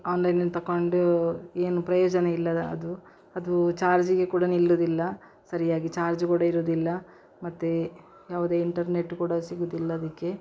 ಆನ್ಲೈನಲ್ಲಿ ತಕೊಂಡು ಏನು ಪ್ರಯೋಜನ ಇಲ್ಲದ ಅದು ಅದು ಚಾರ್ಜಿಗೆ ಕೂಡ ನಿಲ್ಲುವುದಿಲ್ಲ ಸರಿಯಾಗಿ ಚಾರ್ಜ್ ಕೂಡ ಇರುವುದಿಲ್ಲ ಮತ್ತು ಯಾವುದೇ ಇಂಟರ್ನೆಟ್ ಕೂಡ ಸಿಗುವುದಿಲ್ಲ ಅದಕ್ಕೆ